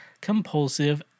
compulsive